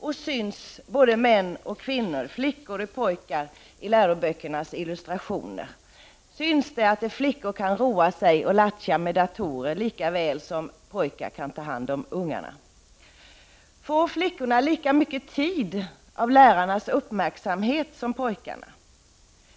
Och syns både män och kvinnor, flickor och pojkar i läroböckernas illustrationer? Syns det att flickor kan roa sig och lattja med datorer lika väl som att pojkar kan ta hand om ungarna? Får flickorna lika mycket tid och uppmärksamhet av lärarna som pojkarna får?